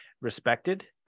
respected